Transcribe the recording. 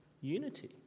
Unity